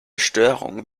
störungen